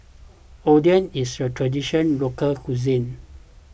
Oden is a Traditional Local Cuisine